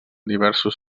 diversos